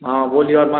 हाँ बोलिए और मा